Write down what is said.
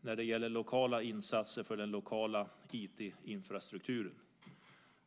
när det gäller lokala insatser för den lokala IT-infrastrukturen.